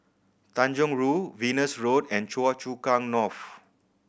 Tanjong Rhu Venus Road and Choa Chu Kang North